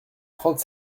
trente